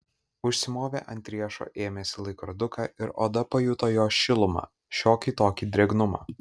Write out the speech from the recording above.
užsimovė ant riešo ėmėsi laikroduką ir oda pajuto jo šilumą šiokį tokį drėgnumą